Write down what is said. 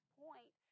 point